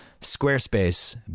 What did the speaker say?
Squarespace